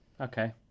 Okay